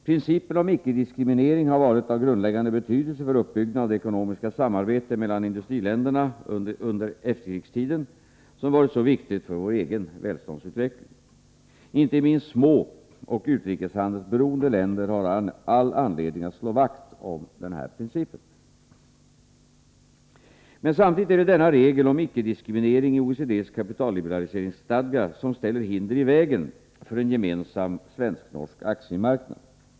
Principen om icke-diskriminering har varit av grundläggande betydelse för uppbyggnaden av det ekonomiska samarbete mellan industriländerna under efterkrigstiden som varit så viktigt för vår egen välståndsutveckling. Inte minst små och utrikeshandelsberoende länder har all anledning att slå vakt om denna princip. Men samtidigt är det denna regel om icke-diskriminering i OECD:s kapitalliberaliseringsstadga som lägger hinder i vägen för en gemensam 123 svensk-norsk aktiemarknad.